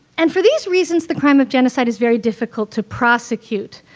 and for these reasons, the crime of genocide is very difficult to prosecute.